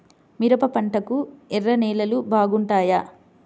మిరప పంటకు ఎర్ర నేలలు బాగుంటాయా?